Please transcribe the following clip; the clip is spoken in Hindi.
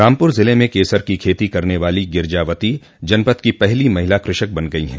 रामपुर ज़िले में केसर की खेती करने वाली गिरजावती जनपद की पहली महिला कृषक बन गई हैं